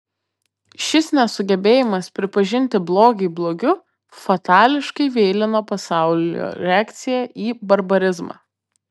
šis nesugebėjimas pripažinti blogį blogiu fatališkai vėlino pasaulio reakciją į barbarizmą